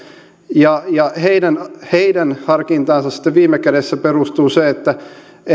ja ja heidän heidän harkintaansa sitten viime kädessä perustuu se